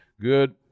Good